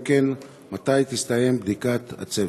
2. אם כן, מתי תסתיים בדיקת הצוות?